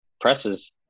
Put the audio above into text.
presses